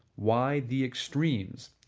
why the extremes?